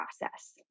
process